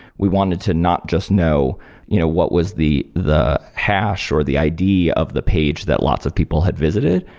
we wanted to not just know you know what was the the hash, or the id of the page that lots of people had visited,